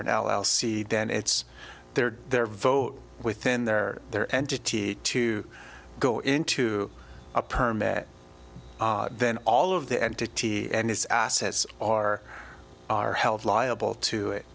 an l l c then it's their their vote within their their entity to go into a permit then all of the entity and its assets are held liable to it